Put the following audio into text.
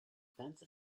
fence